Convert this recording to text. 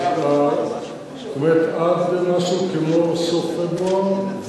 זאת אומרת עד משהו כמו סוף פברואר?